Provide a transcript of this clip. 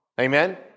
Amen